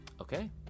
Okay